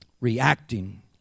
reacting